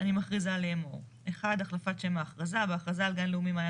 אני מכריזה לאמור: החלפת שם ההכרזה בהכרזה על גן לאומי מעין